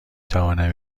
توانم